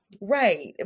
right